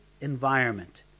environment